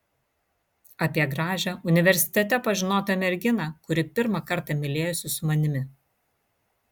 apie gražią universitete pažinotą merginą kuri pirmą kartą mylėjosi su manimi